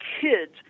kids